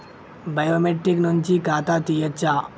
Biometric నుంచి ఖాతా తీయచ్చా?